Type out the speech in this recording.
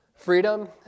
Freedom